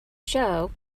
show